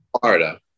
Florida